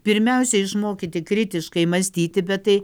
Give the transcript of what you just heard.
pirmiausia išmokyti kritiškai mąstyti bet tai